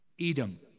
Edom